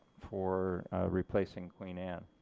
for replacing queen anne.